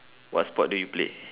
what sport do you play